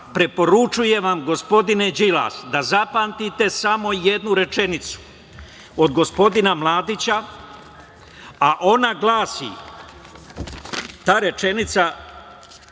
preporučujem vam, gospodine Đilas, da zapamtite samo jednu rečenicu od gospodina Mladića, a ona glasi, ta rečenica